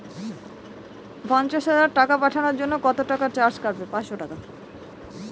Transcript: পণ্চাশ হাজার টাকা পাঠানোর জন্য কত টাকা চার্জ লাগবে?